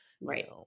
right